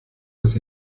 das